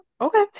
okay